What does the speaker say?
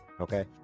okay